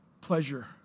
pleasure